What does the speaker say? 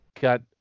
got